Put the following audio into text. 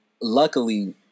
luckily